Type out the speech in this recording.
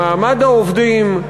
במעמד העובדים.